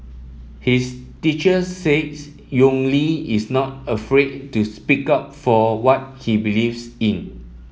his teacher says Yong Li is not afraid to speak up for what he believes in